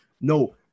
No